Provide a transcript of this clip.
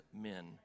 men